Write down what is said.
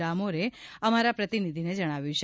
ડામોરે અમારા પ્રતિનિધિને જણાવ્યું છે